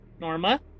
Norma